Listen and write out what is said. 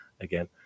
again